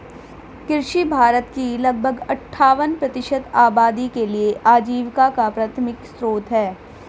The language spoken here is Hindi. कृषि भारत की लगभग अट्ठावन प्रतिशत आबादी के लिए आजीविका का प्राथमिक स्रोत है